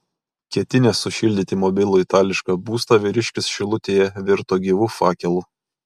ketinęs sušildyti mobilų itališką būstą vyriškis šilutėje virto gyvu fakelu